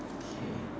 k